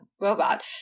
robot